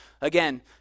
Again